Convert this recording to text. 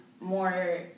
more